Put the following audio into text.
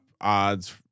odds